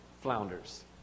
flounders